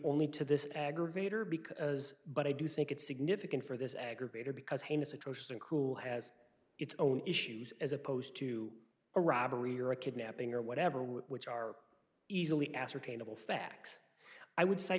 only to this aggravator because but i do think it's significant for this aggravator because heinous atrocious and cruel has its own issues as opposed to a robbery or a kidnapping or whatever which are easily ascertainable facts i would